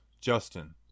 Justin